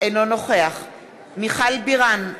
אינו נוכח מיכל בירן,